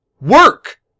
work